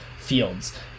fields